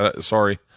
Sorry